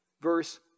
verse